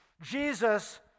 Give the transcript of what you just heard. Jesus